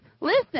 Listen